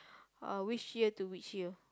uh which year to which year